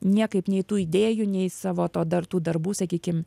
niekaip nei tų idėjų nei savo to dar tų darbų sakykim